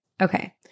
Okay